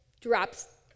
drops